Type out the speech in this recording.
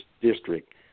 district